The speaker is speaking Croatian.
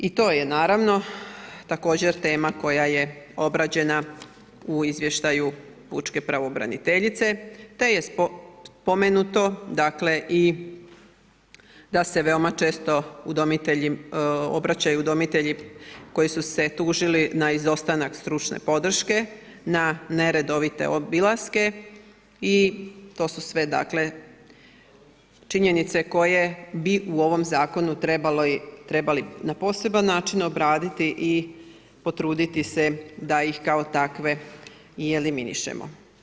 I to je naravno također tema koja je obrađena u izvještaju pučke pravobraniteljice te je spomenuo dakle i da se veoma često obraćaju udomitelji koji su se tužili na izostanak stručne podrške, na neredovite obilaske i to su sve činjenice koje bi u ovom zakonu trebali na poseban način obraditi i potruditi se da ih kao takve i eliminiramo.